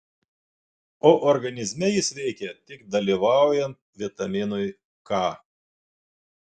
o organizme jis veikia tik dalyvaujant vitaminui k